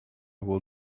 will